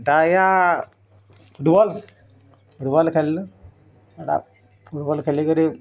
ଏନ୍ତା ଆଜ୍ଞା football football ଖେଲିଲୁ ସେଇଟା ଫୁଟବଲ୍ ଖେଳି କିରି